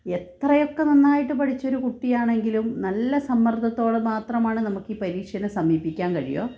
എത്രയൊക്കെ നന്നായിട്ട് പഠിച്ച ഒരു കുട്ടിയാണെങ്കിലും നല്ല സമ്മര്ദ്ധത്തോടെ മാത്രമാണ് നമുക്കി പരീക്ഷയെ സമീപിക്കാന് കഴിയൂ